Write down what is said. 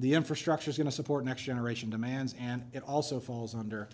the infrastructure is going to support next generation demands and it also falls under